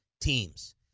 teams